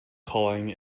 culling